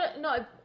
No